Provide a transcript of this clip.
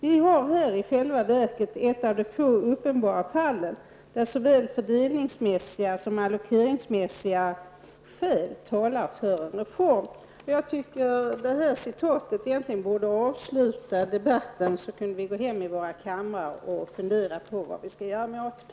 Vi har här i själva verket ett av de få uppenbara fallen där såväl fördelningsmässiga som allokeringsmässiga skäl talar för en reform.'' Jag tycker egentligen att detta citat borde avsluta debatten så att vi kan gå hem till våra kammare och fundera över vad vi skall göra med ATP.